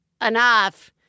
enough